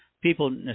People